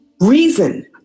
reason